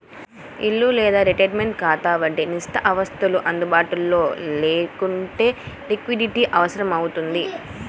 ఇల్లు లేదా రిటైర్మెంట్ ఖాతాల వంటి నిర్దిష్ట ఆస్తులు అందుబాటులో లేకుంటే లిక్విడిటీ అవసరమవుతుంది